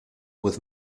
with